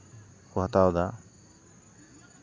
ᱠᱚ ᱦᱟᱛᱟᱣ ᱫᱟ